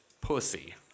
pussy